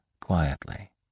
quietly